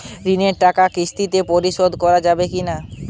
ঋণের টাকা কিস্তিতে পরিশোধ করা যাবে কি না?